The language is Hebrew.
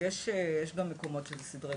יש גם מקומות שזה 20 דקות.